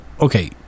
okay